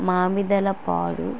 మామిదల పాడు